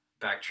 backtrack